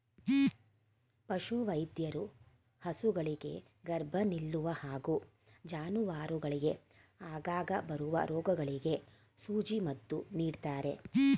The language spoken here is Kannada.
ಪಶುವೈದ್ಯರು ಹಸುಗಳಿಗೆ ಗರ್ಭ ನಿಲ್ಲುವ ಹಾಗೂ ಜಾನುವಾರುಗಳಿಗೆ ಆಗಾಗ ಬರುವ ರೋಗಗಳಿಗೆ ಸೂಜಿ ಮದ್ದು ನೀಡ್ತಾರೆ